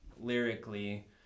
lyrically